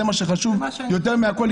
זה מה שחשוב יותר מהכול,